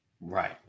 Right